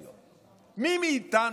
הממשלה.